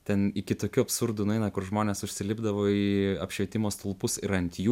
ten iki tokių absurdų nueina kur žmonės užsilipdavo į apšvietimo stulpus ir ant jų